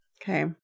Okay